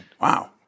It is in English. Wow